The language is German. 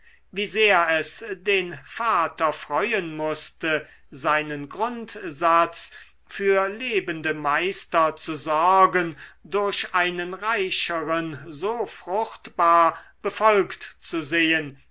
wie sehr es den vater freuen mußte seinen grundsatz für lebende meister zu sorgen durch einen reicheren so fruchtbar befolgt zu sehen